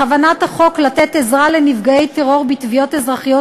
בכוונת החוק לתת עזרה לנפגעי טרור בתביעות אזרחיות